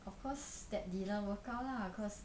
of course that didn't work out lah cause